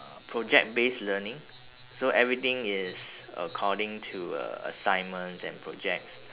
uh project based learning so everything is according to uh assignments and projects